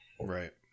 Right